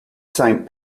saint